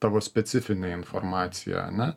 tavo specifinė informacija ane